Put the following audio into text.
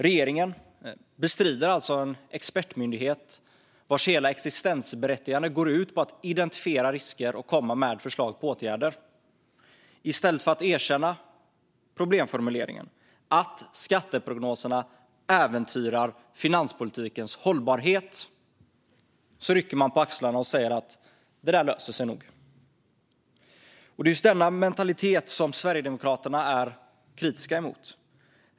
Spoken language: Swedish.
Regeringen bestrider alltså en expertmyndighet vars hela existensberättigande bygger på att identifiera risker och komma med förslag på åtgärder. I stället för att erkänna problemformuleringen - att skatteprognoserna äventyrar finanspolitikens hållbarhet - rycker man på axlarna och säger att det där nog löser sig. Det är just denna mentalitet som Sverigedemokraterna är kritiska till.